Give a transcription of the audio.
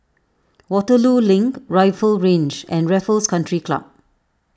Waterloo Link Rifle Range and Raffles Country Club